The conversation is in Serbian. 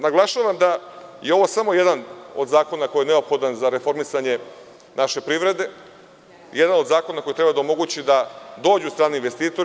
Naglašavam da je ovo samo jedan od zakona koji je neophodan za reformisanje naše privrede, jedan od zakona koji treba da omogući da dođu strani investitori.